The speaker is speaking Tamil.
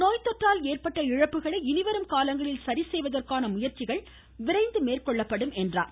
நோய் தொற்றால் ஏற்பட்ட இழப்புகளை இனிவரும் காலங்களில் சரிசெய்வதற்கான முயற்சிகள் விரைந்து மேற்கொள்ளப்படும் என்றார்